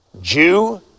Jew